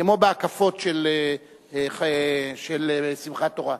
כמו בהקפות של שמחת תורה.